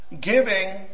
giving